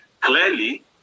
clearly